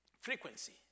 frequency